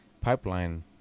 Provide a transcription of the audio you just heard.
pipeline